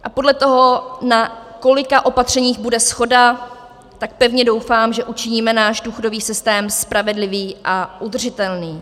A podle toho, na kolika opatřeních bude shoda, tak pevně doufám, že učiníme náš důchodový systém spravedlivý a udržitelný.